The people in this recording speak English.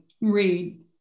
read